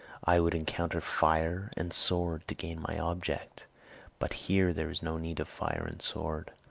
i would encounter fire and sword to gain my object but here there is no need of fire and sword.